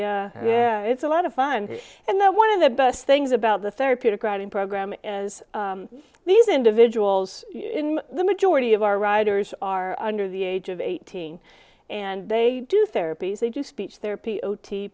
a it's a lot of fun and now one of the best things about the therapeutic riding program is these individuals the majority of our riders are under the age of eighteen and they do therapy they do speech therapy o t